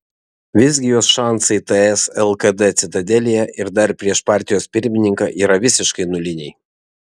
visgi jos šansai ts lkd citadelėje ir dar prieš partijos pirmininką yra visiškai nuliniai